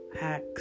hacks